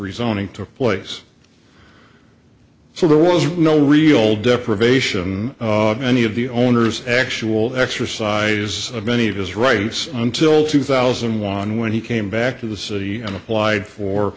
rezoning took place so there was no real deprivation of any of the owner's actual exercise of any of his rights until two thousand and one when he came back to the city and applied for